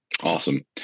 awesome